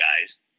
guys